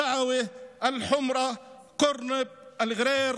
סעווה, אל-חמרה, כורנוב, ע'רייר,